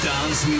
Dance